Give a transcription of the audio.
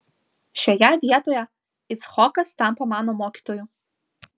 šioje vietoje icchokas tampa mano mokytoju